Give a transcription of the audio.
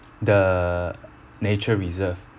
the nature reserve